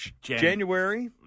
January